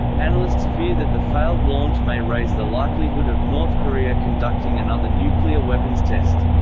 analysts fear that the failed launch may raise the likelihood of north korea conducting another nuclear weapons test.